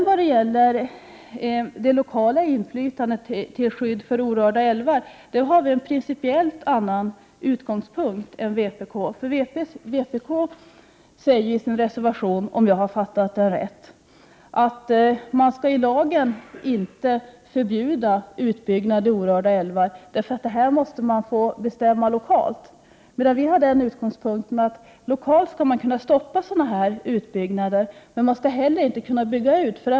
Vad gäller det lokala inflytandet för skyddet av orörda älvar har vi principiellt en annan utgångspunkt än vpk. Vpk skriver i sin reservation, om jag har uppfattat det rätt, att man i lagen inte skall förbjuda utbyggnad av orörda älvar. Det måste man få bestämma lokalt. Vi har den utgångspunkten att man lokalt skall kunna stoppa utbyggnad, men man skall inte heller kunna bygga ut.